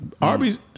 Arby's